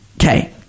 Okay